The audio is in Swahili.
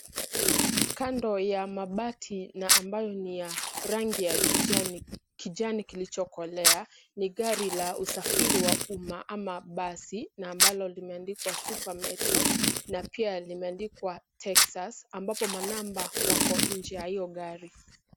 Kando ya mabati na ambayo ni ya rangi ya kijani, kijani kilicho kolea ni gari la usafiri wa uma ama basina ambalo limeandikwa super metro na pia limeandikwa texas ambapo manamba wako nje ya hiyo gari.